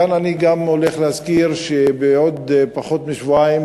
מכאן אני הולך להזכיר שבעוד פחות משבועיים